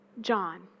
John